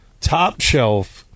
top-shelf